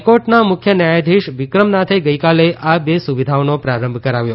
હાઇકોર્ટના મુખ્ય ન્યાયાધીશ વિક્રમનાથે ગઇકાલે આ બે સુવિધાઓનો પ્રારંભ કરાવ્યો